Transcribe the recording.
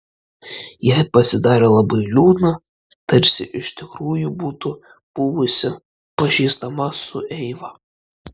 jai pasidarė labai liūdna tarsi iš tikrųjų būtų buvusi pažįstama su eiva